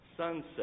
Sunset